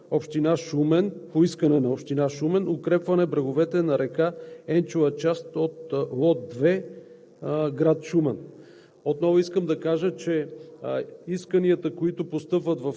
Последните средства, които са разпределени, са за област Шумен по искане на община Шумен за укрепване на бреговете на река Енчова – част от лот 2 на град Шумен.